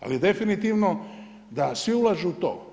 Ali definitivno da svi ulažu u to.